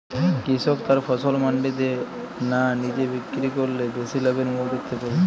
কৃষক তার ফসল মান্ডিতে না নিজে বিক্রি করলে বেশি লাভের মুখ দেখতে পাবে?